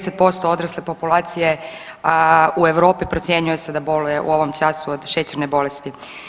10% odrasle populacije u Europi procjenjuje se da boluje u ovom času od šećerne bolesti.